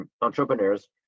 entrepreneurs